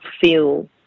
feel